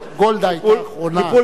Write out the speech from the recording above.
גולדה היתה אחרונה.